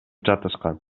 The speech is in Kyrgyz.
жатышкан